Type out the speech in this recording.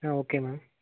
ah okay ma'am